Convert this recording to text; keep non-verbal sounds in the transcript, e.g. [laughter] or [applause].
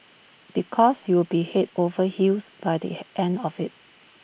because you'll be Head over heels by the [noise] end of IT